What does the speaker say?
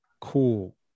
cool